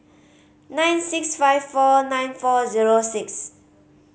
nine six five four nine four zero six